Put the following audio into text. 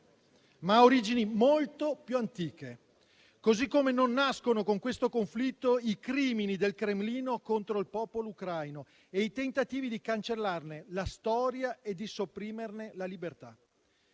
ma ha origini molto più antiche. Così come non nascono con questo conflitto i crimini del Cremlino contro il popolo ucraino e i tentativi di cancellarne la storia e di sopprimerne la libertà.